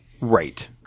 Right